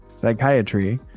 Psychiatry